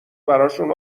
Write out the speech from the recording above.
براشون